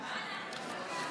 יוראי